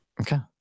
Okay